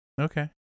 Okay